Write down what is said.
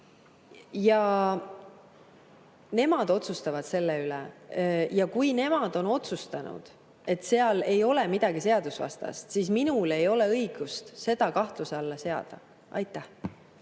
Ja nemad otsustavad selle üle. Ja kui nemad on otsustanud, et seal ei ole midagi seadusvastast, siis minul ei ole õigust seda kahtluse alla seada. Aitäh!